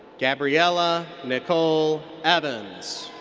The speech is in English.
gabriela nicole evans.